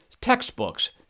textbooks